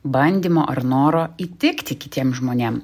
bandymo ar noro įtikti kitiem žmonėm